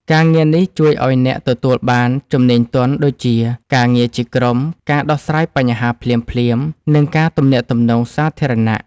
ការងារនេះជួយឱ្យអ្នកទទួលបានជំនាញទន់ ដូចជា ការងារជាក្រុម ការដោះស្រាយបញ្ហាភ្លាមៗ និងការទំនាក់ទំនងសាធារណៈ។